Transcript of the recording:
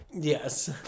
Yes